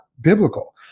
biblical